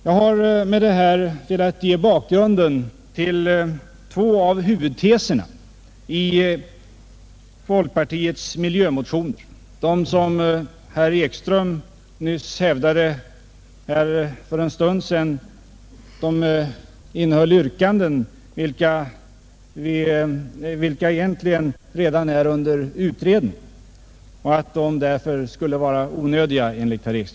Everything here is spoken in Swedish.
Jag har med detta velat ge bakgrunden till två av huvudteserna i folkpartiets miljömotioner — de som herr Ekström nyss hävdade innehöll yrkanden beträffande frågor som egentligen redan utreds och som det därför skulle vara onödigt att ta upp.